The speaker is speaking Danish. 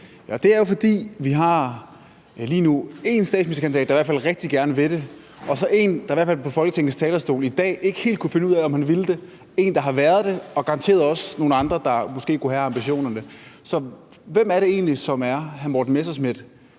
Det er jo, fordi vi lige nu har én statsministerkandidat, der i hvert fald rigtig gerne vil det, og så en, der i hvert fald på Folketingets talerstol i dag ikke helt kunne finde ud af, om han ville det. Det er en, der har været det, og så er der garanteret også nogle andre, der måske kunne have ambitionerne. Så hvem er egentlig formand for Dansk